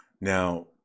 Now